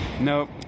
Nope